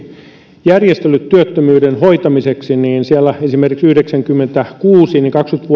keppijärjestelyt työttömyyden hoitamiseksi niin esimerkiksi vuonna yhdeksänkymmentäkuusi